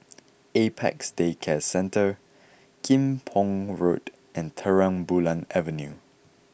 Apex Day Care Centre Kim Pong Road and Terang Bulan Avenue